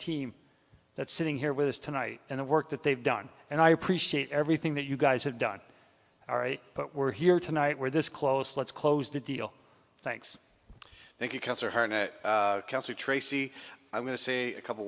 team that's sitting here with us tonight and the work that they've done and i appreciate everything that you guys have done all right but we're here tonight we're this close let's close the deal thanks thank you cancer heart cancer tracy i'm going to say a couple